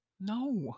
No